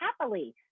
happily